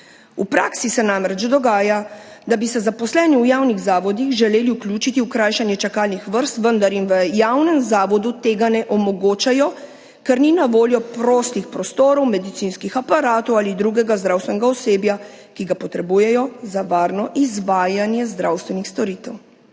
V praksi se namreč dogaja, da bi se zaposleni v javnih zavodih želeli vključiti v krajšanje čakalnih vrst, vendar jim v javnem zavodu tega ne omogočajo, ker ni na voljo prostih prostorov, medicinskih aparatov ali drugega zdravstvenega osebja, ki ga potrebujejo za varno izvajanje zdravstvenih storitev.